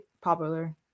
popular